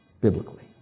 biblically